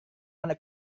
anak